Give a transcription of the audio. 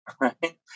right